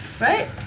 right